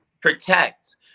protect